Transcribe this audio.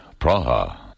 Praha